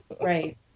Right